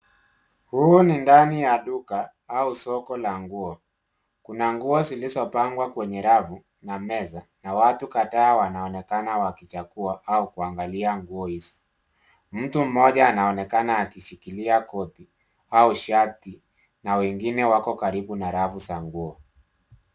Huu ni ndani ya duka au soko la nguo. Kuna nguio zilizopangwa kwenye rafu na meza na watu kadhaa wanaonekana wakichagua au kuangalia nguo hizo. Mtu mmoja anaonekana akishikilia koti au shati na wengine wako karibu na rafu za nguo.